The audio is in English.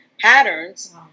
patterns